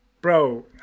Bro